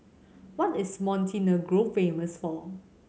what is Montenegro famous for